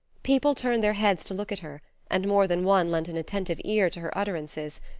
people turned their heads to look at her, and more than one lent an attentive ear to her utterances,